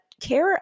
care